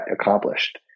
accomplished